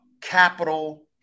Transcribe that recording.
capital